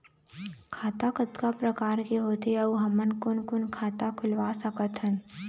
खाता कतका प्रकार के होथे अऊ हमन कोन कोन खाता खुलवा सकत हन?